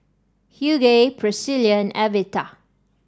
Hughey Pricilla and Evita